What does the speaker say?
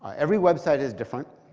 ah every website is different.